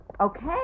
Okay